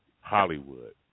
Hollywood